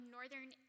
Northern